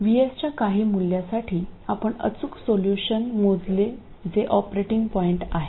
VSच्या काही मूल्यासाठी आपण अचूक सोल्यूशन मोजले जे ऑपरेटिंग पॉईंट आहे